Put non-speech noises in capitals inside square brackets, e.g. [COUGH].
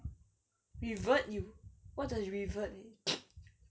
revert you what does revert [NOISE]